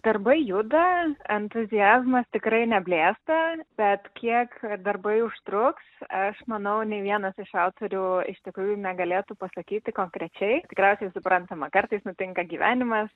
darbai juda entuziazmas tikrai neblėsta bet kiek darbai užtruks aš manau nė vienas iš autorių iš tikrųjų negalėtų pasakyti konkrečiai tikriausiai suprantama kartais nutinka gyvenimas